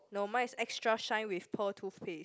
no mine is extra shine with pearl two face